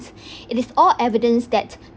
it is all evidence that